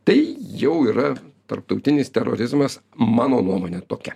tai jau yra tarptautinis terorizmas mano nuomone tokia